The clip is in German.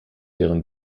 deren